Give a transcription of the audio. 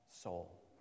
soul